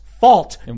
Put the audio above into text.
fault